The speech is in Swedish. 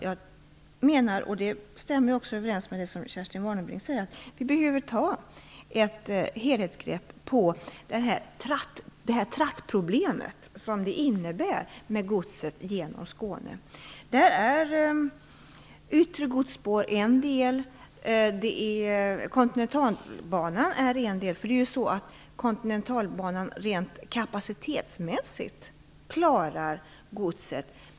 Jag menar - och det stämmer också överens med det som Kerstin Warnerbring säger - att vi behöver ta ett helhetsgrepp på det "trattproblem" som godstrafiken genom Skåne innebär. Där är yttre godsspår en del och Kontinentalbanan en del. Kontinentalbanan klarar godset rent kapacitetsmässigt.